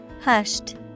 Hushed